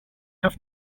have